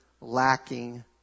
lacking